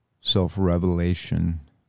self-revelation